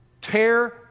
tear